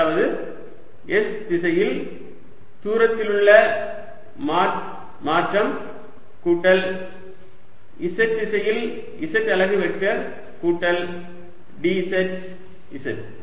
அதாவது s திசையில் தூரத்திலுள்ள மாற்றும் கூட்டல் z திசையில் z அலகு வெக்டர் கூட்டல் dz z